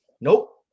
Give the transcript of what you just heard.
Nope